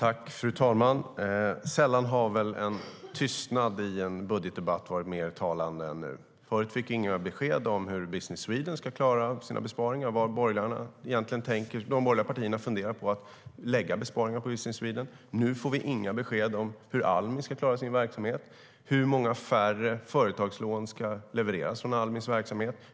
Fru talman! Sällan har väl en tystnad i en budgetdebatt varit mer talande än nu. Förut fick vi inga besked om hur Business Sweden ska klara sina besparingar eller om var de borgerliga partierna funderar på att lägga besparingarna på Business Sweden. Nu får vi inga besked om hur Almi ska klara sin verksamhet. Hur många färre företagslån ska levereras från Almis verksamhet?